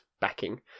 backing